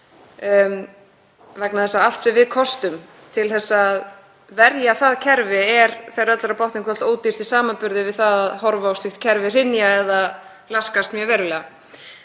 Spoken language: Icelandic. vegna þess að allt sem við kostum til að verja það kerfi er þegar öllu er á botninn hvolft ódýrt í samanburði við það að horfa á slíkt kerfi hrynja eða laskast mjög verulega.